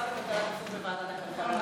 משרד הכלכלה כפוף לוועדת הכלכלה,